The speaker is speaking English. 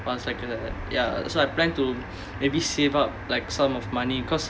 while to that ya so I plan to maybe save up like sum of money because